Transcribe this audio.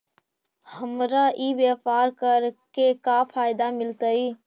हमरा ई व्यापार करके का फायदा मिलतइ?